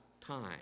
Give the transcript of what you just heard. time